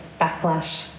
backlash